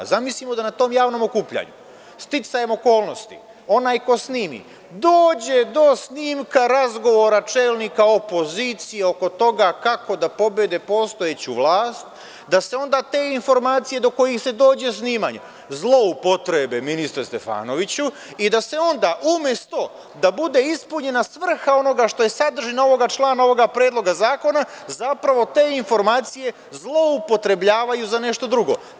Zamislimo da na tom javnom okupljanju, sticajem okolnosti, onaj ko snimi dođe do snimka razgovora čelnika opozicije oko toga kako da pobede postojeću vlast, da se onda te informacije do kojih se dođe snimanjem zloupotrebe, ministre Stefanoviću, i da se onda umesto da bude ispunjena svrha onoga što je sadržina ovoga člana, ovoga Predloga zakona, zapravo te informacije zloupotrebljavaju za nešto drugo?